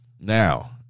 Now